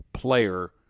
Player